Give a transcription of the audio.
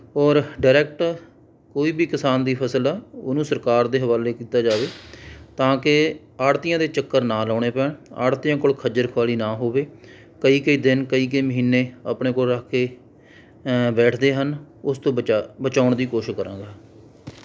ਔਰ ਡਾਇਰੈਕਟ ਕੋਈ ਵੀ ਕਿਸਾਨ ਦੀ ਫ਼ਸਲ ਆ ਉਹਨੂੰ ਸਰਕਾਰ ਦੇ ਹਵਾਲੇ ਕੀਤਾ ਜਾਵੇ ਤਾਂ ਕਿ ਆੜ੍ਹਤੀਆਂ ਦੇ ਚੱਕਰ ਨਾ ਲਾਉਣੇ ਪੈਣ ਆੜ੍ਹਤੀਆਂ ਕੋਲ ਖੱਜਲ ਖੁਆਰੀ ਨਾ ਹੋਵੇ ਕਈ ਕਈ ਦਿਨ ਕਈ ਕਈ ਮਹੀਨੇ ਆਪਣੇ ਕੋਲ ਰੱਖ ਕੇ ਬੈਠਦੇ ਹਨ ਉਸ ਤੋਂ ਬਚਾ ਬਚਾਉਣ ਦੀ ਕੋਸ਼ਿਸ਼ ਕਰਾਂਗੇ